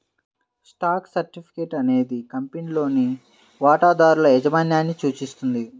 stock certificate అనేది కంపెనీలో వాటాదారుల యాజమాన్యాన్ని సూచిస్తుంది